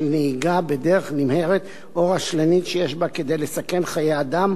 נהיגה בדרך נמהרת או רשלנית שיש בה כדי לסכן חיי אדם